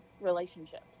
relationships